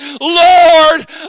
Lord